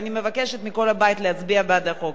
ואני מבקשת מכל הבית להצביע בעד החוק.